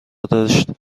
داشتند